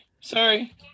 Sorry